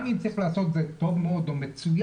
גם אם צריך לעשות את זה טוב מאוד או מצוין,